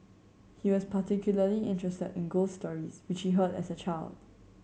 he was particularly interested in ghost stories which heard as a child